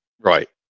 right